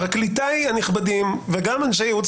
פרקליטיי הנכבדים וגם אנשי ייעוץ